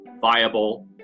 viable